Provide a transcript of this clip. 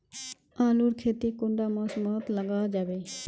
आलूर खेती कुंडा मौसम मोत लगा जाबे?